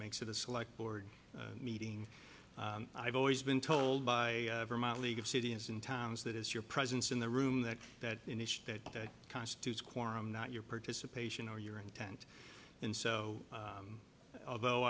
makes it a select board meeting i've always been told by vermont league of cities and towns that is your presence in the room that that initial that constitutes quorum not your participation or your intent and so although